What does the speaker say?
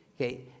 Okay